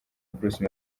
bruce